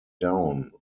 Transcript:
down